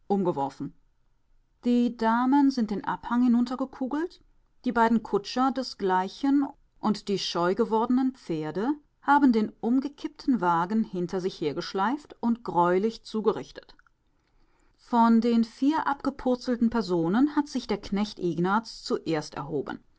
die damen sind den abhang hinuntergekugelt die beiden kutscher desgleichen und die scheu gewordenen pferde haben den umgekippten wagen hinter sich hergeschleift und greulich zugerichtet von den vier abgepurzelten personen hat sich der knecht ignaz zuerst erhoben